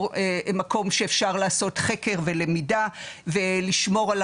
מקום שאפשר לעשות חקר ולמידה ולשמור על